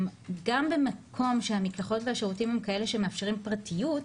גם במקום שהמקלחות והשירותים הם כאלה שמאפשרים פרטיות,